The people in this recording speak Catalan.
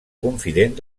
confident